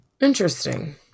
interesting